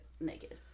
naked